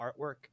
artwork